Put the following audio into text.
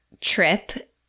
trip